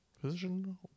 position